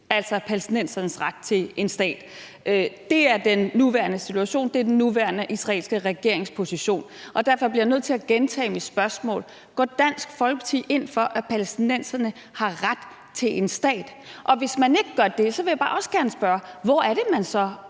altså palæstinensernes ret til en stat. Det er den nuværende situation. Det er den nuværende israelske regerings position. Derfor bliver jeg nødt til at gentage mit spørgsmål: Går Dansk Folkeparti ind for, at palæstinenserne har ret til en stat? Og hvis man ikke gør det, vil jeg også bare gerne spørge: Hvor er det så,